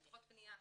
לפחות פניה אחת.